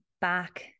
back